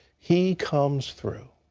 he comes through.